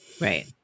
Right